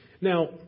Now